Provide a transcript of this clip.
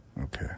Okay